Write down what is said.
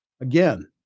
Again